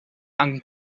and